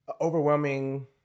overwhelming